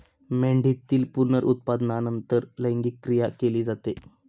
मेंढीतील पुनरुत्पादनानंतर लैंगिक क्रिया केली जाते